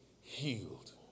healed